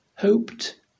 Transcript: Hoped